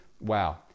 wow